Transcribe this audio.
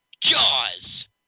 Jaws